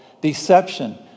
Deception